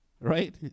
Right